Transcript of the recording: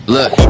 Look